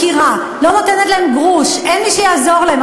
מפקירה, לא נותנת להם גרוש, אין מי שיעזור להם.